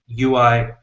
UI